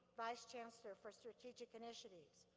vice chancellor for strategic initiatives.